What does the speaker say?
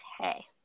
Okay